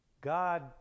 God